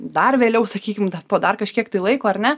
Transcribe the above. dar vėliau sakykim da po dar kažkiek tai laiko ar ne